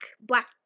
black